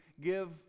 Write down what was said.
give